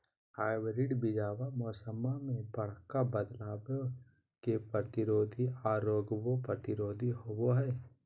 hybrid बीजावा मौसम्मा मे बडका बदलाबो के प्रतिरोधी आ रोगबो प्रतिरोधी होबो हई